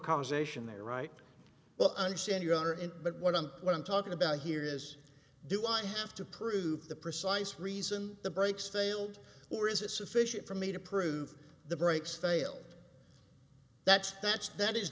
conversation there right but i understand you are in but what on what i'm talking about here is do i have to prove the precise reason the brakes failed or is it sufficient for me to prove the brakes failed that's that's that is